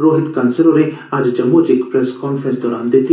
रोहित कंसल होरें अज्ज जम्मू कश्मीर च इक प्रेस काफ्रेंस दरान दित्ती